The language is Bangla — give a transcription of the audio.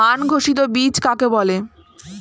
মান ঘোষিত বীজ কাকে বলে?